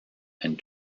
and